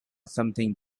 something